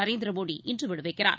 நரேந்திர மோடி இன்று விடுவிக்கிறார்